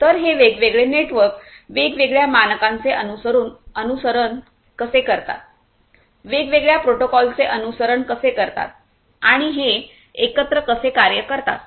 तर हे वेगवेगळे नेटवर्क वेगवेगळ्या मानकांचे अनुसरण कसे करतात वेगवेगळ्या प्रोटोकॉलचे अनुसरण कसे करतात आणि ते एकत्र कसे कार्य करतात